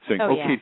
Okay